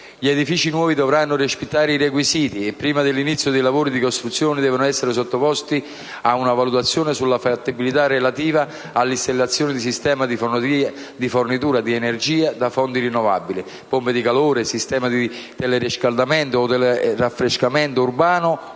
Gli edifici nuovi dovranno rispettare i requisiti e, prima dell'inizio dei lavori di costruzione, essere sottoposti a una valutazione sulla fattibilità relativa all'installazione di sistemi di fornitura di energia da fonti rinnovabili, pompe di calore, sistemi di teleriscaldamento o teleraffrescamento urbano